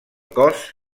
cos